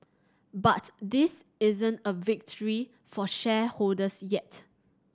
but this isn't a victory for shareholders yet